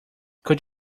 could